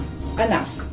enough